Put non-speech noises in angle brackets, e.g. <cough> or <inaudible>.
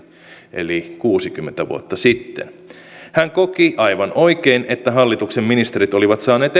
eli kuusikymmentä vuotta sitten hän koki aivan oikein että hallituksen ministerit olivat saaneet <unintelligible>